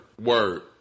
word